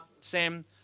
Sam